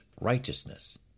righteousness